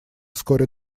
вскоре